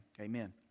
Amen